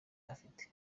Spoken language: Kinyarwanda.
afite